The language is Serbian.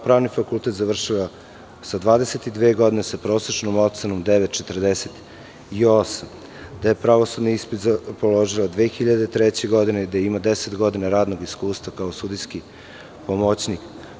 Pravni fakultet je završila sa 22 godine, sa prosečnom ocenom 9,48, pravosudni ispit je položila 2003. godine i ima 10 godina radnog iskustva kao sudijski pomoćnik.